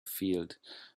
field